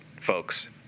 folks